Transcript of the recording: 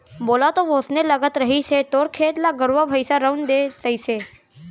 मोला तो वोसने लगत रहिस हे तोर खेत ल गरुवा भइंसा रउंद दे तइसे